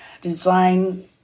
design